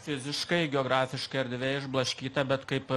fiziškai geografiškai erdvė išblaškyta bet kaip